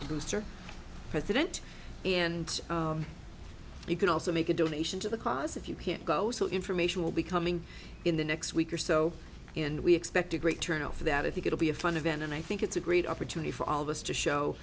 the president and you can also make a donation to the cause if you can't go so information will be coming in the next week or so and we expect a great turnout for that i think it'll be a fun event and i think it's a great opportunity for all of us to show